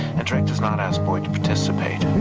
and drake does not ask boyd to participate.